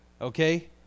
Okay